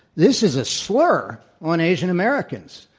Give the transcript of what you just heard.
this is a slur on asian americans,